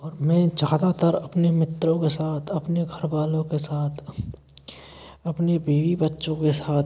और मैं ज़्यादातर अपने मित्रों के साथ अपने घरवालों के साथ अपने बीवी बच्चों के साथ